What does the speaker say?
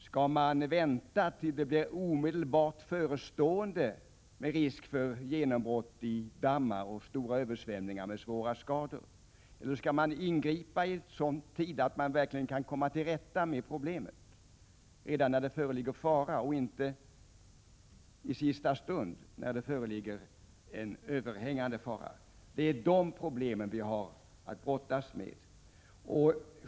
Skall man vänta tills risken för genombrott i dammar och stora översvämningar med svåra skador är omedelbart förestående, eller skall man ingripa i sådan tid att man verkligen kan komma till rätta med problemet, dvs. redan när det föreligger fara och inte i sista stund när det föreligger överhängande fara? Det är de problemen som vi har att brottas med.